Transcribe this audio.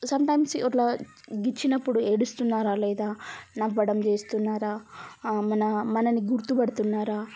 sometimes ఇట్లా గిచ్చినప్పుడు ఏడుస్తున్నారా లేదా నవ్వడం చేస్తున్నారా మన మనల్ని గుర్తుపడుతున్నారా